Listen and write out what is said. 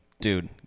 dude